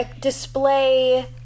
Display